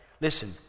Listen